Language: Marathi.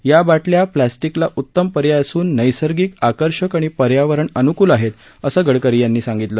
या बाटल्या प्लास्टिकला उत्तम पर्याय असून नैसर्गिक आकर्षक आणि पर्यावरण अनुकूल आहेत असं गडकरी यांनी सांगितलं